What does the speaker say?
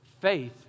Faith